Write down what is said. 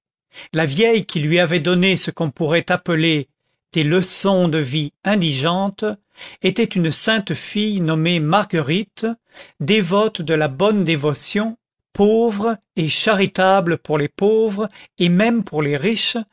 la vieille qui lui avait donné ce qu'on pourrait appeler des leçons de vie indigente était une sainte fille nommée marguerite dévote de la bonne dévotion pauvre et charitable pour les pauvres et même pour les riches